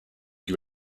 you